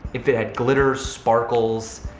if it had glitter, sparkles.